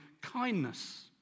kindness